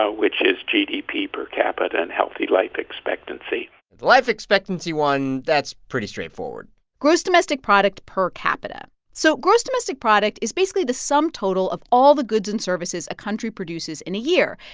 ah which is gdp per capita and healthy life expectancy and the life expectancy one, that's pretty straightforward gross domestic product per capita so gross domestic product is basically the sum total of all the goods and services a country produces in a year.